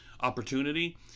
opportunity